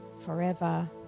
forever